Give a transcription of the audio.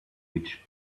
which